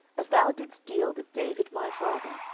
as thou didst deal with david my father,